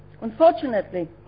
Unfortunately